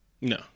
No